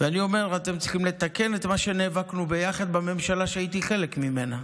אני אומר: אתם צריכים לתקן את מה שנאבקנו ביחד בממשלה שהייתי חלק ממנה.